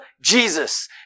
Jesus